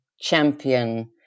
champion